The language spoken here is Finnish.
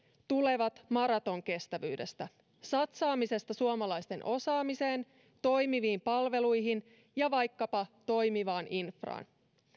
tulevat maratonkestävyydestä satsaamisesta suomalaisten osaamiseen toimiviin palveluihin ja vaikkapa toimivaan infraan